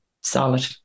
solid